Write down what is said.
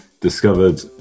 discovered